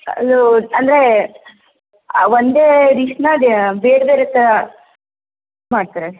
ಅಲ್ಲೂ ಅಂದರೆ ಒಂದೇ ಡಿಶ್ನ ಬೇರೆ ಬೇರೆ ಥರ ಮಾಡ್ತಾರೆ